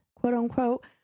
quote-unquote